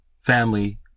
family